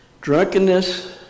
Drunkenness